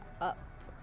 up